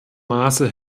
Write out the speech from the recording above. maße